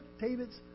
David's